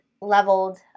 leveled